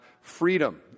freedom